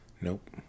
Nope